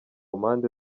mpande